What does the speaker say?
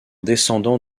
descendant